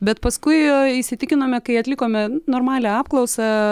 bet paskui įsitikinome kai atlikome normalią apklausą